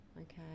okay